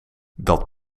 dat